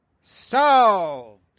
Solved